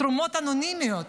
תרומות אנונימיות,